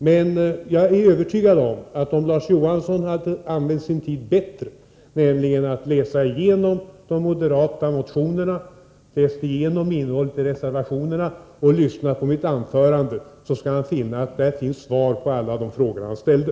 Men jag är säker på att om Larz Johansson hade använt sin tid bättre, nämligen till att läsa igenom innehållet i de moderata motionerna och reservationerna och till att lyssna på mitt anförande, skulle han ha funnit svar på alla de frågor han ställde.